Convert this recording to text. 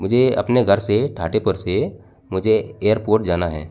मुझे अपने घर से ठाटेपुर से मुझे एयरपोर्ट जाना है